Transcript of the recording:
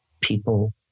people